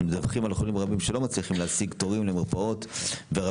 אנו מדווחים על חולים רבים שלא מצליחים להשיג תורים למרפאות ורבים